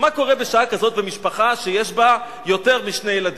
מה קורה בשעה כזאת במשפחה שיש בה יותר משני ילדים.